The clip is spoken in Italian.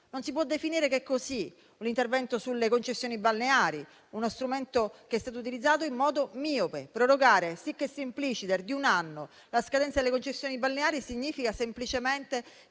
Non si può che definire così l'intervento sulle concessioni balneari, uno strumento che è stato utilizzato in modo miope: prorogare *sic et simpliciter* di un anno la scadenza delle concessioni balneari significa semplicemente